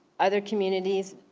other communities,